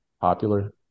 popular